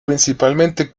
principalmente